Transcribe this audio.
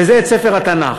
וזה את ספר התנ"ך.